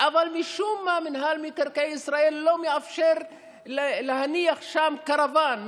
אבל משום מה מינהל מקרקעי ישראל לא מאפשר להניח שם קרוון,